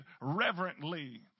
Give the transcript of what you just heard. reverently